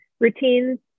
routines